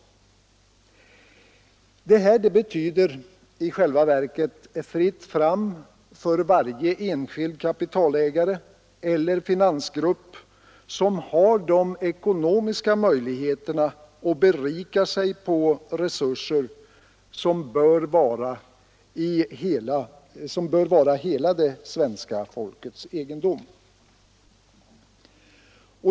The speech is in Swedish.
Detta betyder i själva verket fritt fram för varje enskild kapitalägare eller finansgrupp som har de ekonomiska möjligheterna att berika sig på resurser som bör vara hela det svenska folkets egendom.